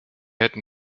hätten